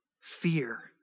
fear